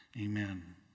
Amen